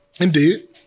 Indeed